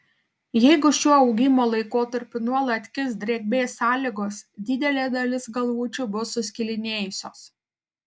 jeigu šiuo augimo laikotarpiu nuolat kis drėgmės sąlygos didelė dalis galvučių bus suskilinėjusios